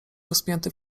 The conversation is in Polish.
rozpięty